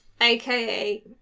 Aka